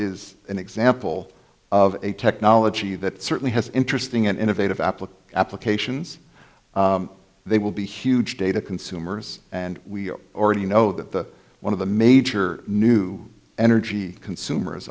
is an example of a technology that certainly has interesting and innovative appliqued applications they will be huge data consumers and we already know that one of the major new energy consumers